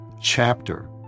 chapter